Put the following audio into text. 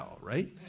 right